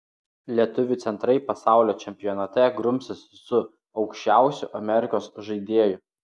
lietuvių centrai pasaulio čempionate grumsis su aukščiausiu amerikos žaidėju